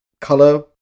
color